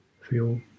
Feel